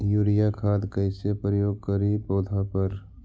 Urea खाद के कैसे प्रयोग करि पौधा पर?